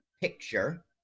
Picture